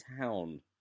town